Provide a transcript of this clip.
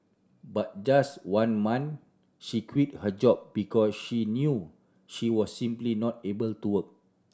but just one month she quit her job because she knew she was simply not able to work